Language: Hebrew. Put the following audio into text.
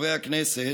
חברי הכנסת,